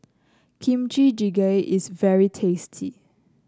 Kimchi Jjigae is very tasty